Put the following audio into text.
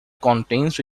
contains